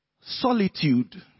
solitude